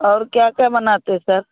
और क्या क्या बनाते हैं सर